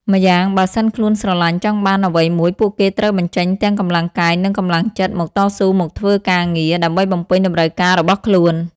ម្យ៉ាងបើសិនខ្លួនស្រឡាញ់ ចង់បានអ្វីមួយពួកគេត្រូវបញ្ជេញទាំងកម្លាំងកាយនិងកម្លាំងចិត្តមកតស៊ូមកធ្វើការងារ ដើម្បីបំពេញតម្រូវការរបស់ខ្លួន។